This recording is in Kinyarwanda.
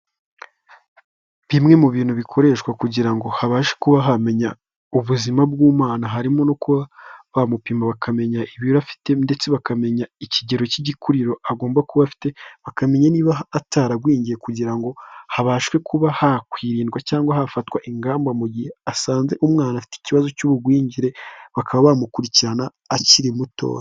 Bimwe mu bintu bikoreshwa kugira ngo habashe kubahamenya ubuzima bw'umwana, harimo no bamumupima bakamenya ibiro afite ndetse bakamenya ikigero k'igikuriro agomba kuba afite, bakamenya niba ataragwingiye kugira ngo habashwe kuba hakwirindwa cyangwa hafatwa ingamba mu gihe basanze umwana afite ikibazo cy'ubugwingire, bakaba bamukurikirana akiri mutoya.